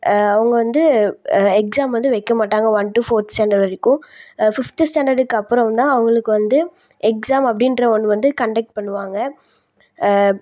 அவங்க வந்து எக்ஸாம் வந்து வைக்க மாட்டாங்க ஒன் டு ஃபோர்த் ஸ்டாண்டர்ட் வரைக்கும் பிஃப்த் ஸ்டாண்டர்டுக்கு அப்புறம்தான் அவங்களுக்கு வந்து எக்ஸாம் அப்படின்ற ஒன்று வந்து கன்டெக்ட் பண்ணுவாங்க